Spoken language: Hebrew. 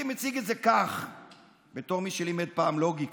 התנ"ך זה הטאבו שלנו כאן בארץ ישראל.